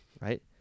Right